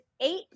eight